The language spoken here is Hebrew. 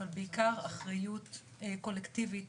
אבל בעיקר אחריות קולקטיבית